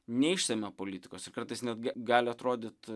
neišsemia politikos ir kartais netgi gali atrodyt